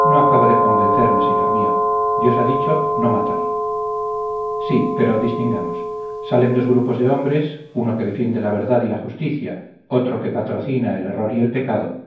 no acabo de convencerme señor mío dios ha dicho no matar sí pero distingamos salen dos grupos de hombres uno que defiende la verdad y la justicia otro que patrocina el error y el pecado